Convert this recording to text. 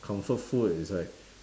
comfort food is like